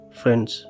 friends